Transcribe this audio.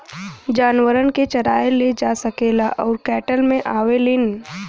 जानवरन के चराए ले जा सकेला उ कैटल मे आवेलीन